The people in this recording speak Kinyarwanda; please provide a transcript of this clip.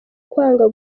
kwanga